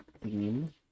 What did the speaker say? theme